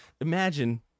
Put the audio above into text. imagine